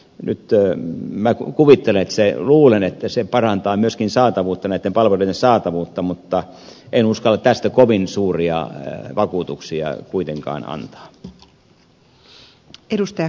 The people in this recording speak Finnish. nyt minä kuvittelen luulen että se parantaa myöskin näitten palveluitten saatavuutta mutta en uskalla tästä kovin suuria vakuutuksia kuitenkaan antaa